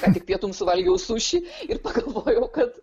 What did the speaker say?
ką tik pietums suvalgiau suši ir pagalvojau kad